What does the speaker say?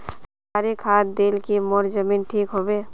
सरकारी खाद दिल की मोर जमीन ठीक होबे?